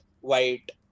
white